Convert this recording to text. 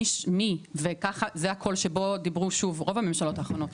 שזה הקול שדיברו רוב הממשלות הקודמות,